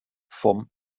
vom